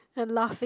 and laughing